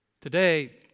Today